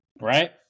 Right